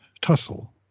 tussle